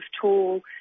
tool